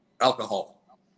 alcohol